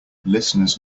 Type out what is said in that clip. listeners